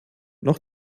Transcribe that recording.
noch